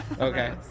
okay